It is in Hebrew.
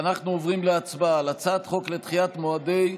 אנחנו עוברים להצבעה על הצעת חוק לדחיית מועדי,